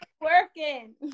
working